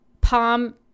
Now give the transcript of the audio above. Palm